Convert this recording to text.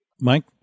Mike